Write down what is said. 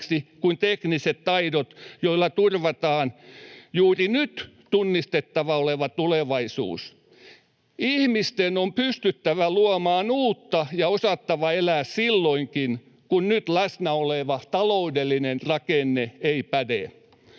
kuin tekniset taidot, joilla turvataan juuri nyt tunnistettavana oleva tulevaisuus. Ihmisten on pystyttävä luomaan uutta ja osattava elää silloinkin, kun nyt läsnä oleva taloudellinen rakenne ei päde.